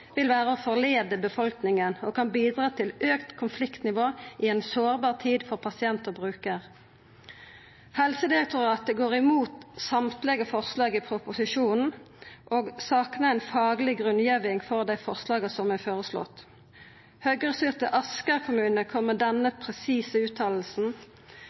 vil være å forlede befolkningen, og kan bidra til økt konfliktnivå i en sårbar tid for pasienter og brukere.» Helsedirektoratet går imot alle forslag i proposisjonen og saknar ei fagleg grunngjeving for dei forslaga som er føreslått. Høgre-styrte Asker kommune kom med